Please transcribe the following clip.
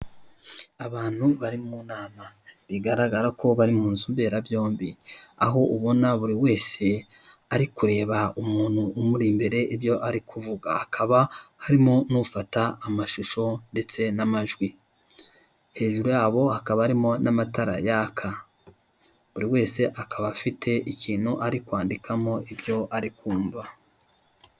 Abantu bari mu inama bigaragara ko bari mu nzu mberabyombi. Aho ubona buri wese ari kureba umuntu umuri imbere ibyo ari kuvuga akaba harimo n'ufata amashusho ndetse n'amajwi. Hejuru yabo hakaba harimo n'amatara yaka. Buri wese akaba afite ikintu ari kwandikamo ibyo ari kumva.